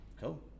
cool